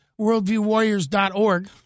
worldviewwarriors.org